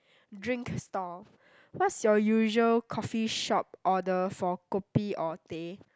drink stall what's your usual coffee-shop order for kopi or teh